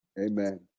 amen